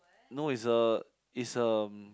no is a is a